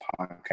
podcast